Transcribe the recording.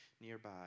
nearby